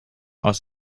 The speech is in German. aus